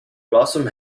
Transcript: blossom